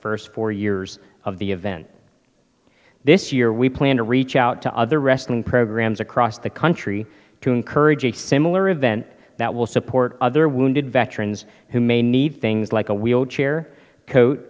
first four years of the event this year we plan to reach out to other wrestling programs across the country to encourage a similar event that will support other wounded veterans who may need things like a wheelchair coa